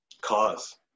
cause